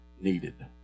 needed